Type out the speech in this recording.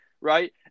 right